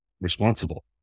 responsible